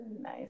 nice